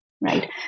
right